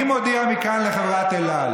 אבל חבר הכנסת אייכלר,